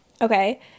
okay